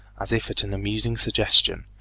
as if at an amusing suggestion,